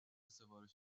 سفارش